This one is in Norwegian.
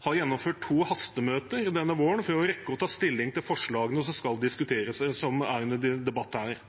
har gjennomført to hastemøter denne våren for å rekke å ta stilling til forslagene som er under debatt i dag.